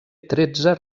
tretze